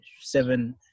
seven